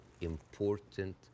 important